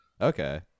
Okay